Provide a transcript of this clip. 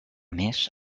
més